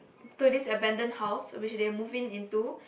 to this abandoned house which they move in into